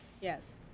Yes